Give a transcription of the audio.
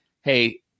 hey